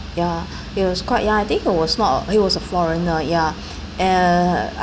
ya he was quite young I think he was not he was a foreigner ya and